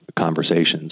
conversations